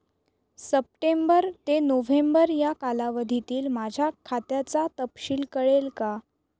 September ते November या कालावधीतील माझ्या खात्याचा तपशील कळेल का?